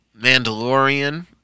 Mandalorian